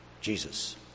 Jesus